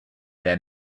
their